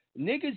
Niggas